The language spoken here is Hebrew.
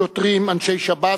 שוטרים, אנשי שב"ס,